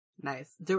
Nice